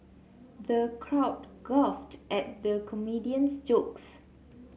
the crowd guffawed at the comedian's jokes